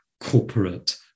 corporate